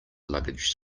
luggage